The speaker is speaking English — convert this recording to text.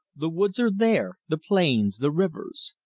the woods are there, the plains, the rivers.